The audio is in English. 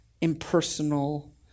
impersonal